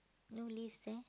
no leaves there